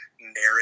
narrative